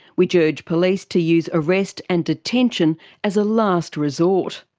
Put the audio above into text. which urged police to use arrest and detention as a last resort.